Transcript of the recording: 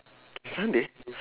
sunday